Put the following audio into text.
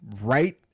right